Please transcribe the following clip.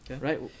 right